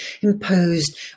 imposed